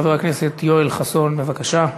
חבר הכנסת יואל חסון, בבקשה.